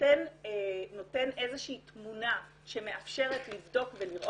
נותן איזושהי תמונה שמאפשרת לבדוק ולראות.